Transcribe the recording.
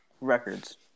Records